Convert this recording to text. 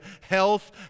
health